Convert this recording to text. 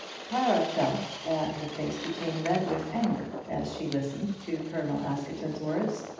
clara felt that her face became red with anger as she listened to colonel askerton's words.